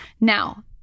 Now